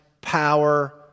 power